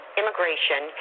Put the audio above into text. immigration